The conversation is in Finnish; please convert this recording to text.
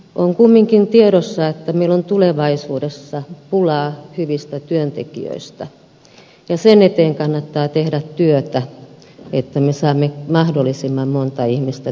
on kumminkin tiedossa että meillä on tulevaisuudessa pulaa hyvistä työntekijöistä ja sen eteen kannattaa tehdä työtä että me saamme mahdollisimman monta ihmistä työllistettyä